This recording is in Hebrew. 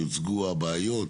יוצגו הבעיות,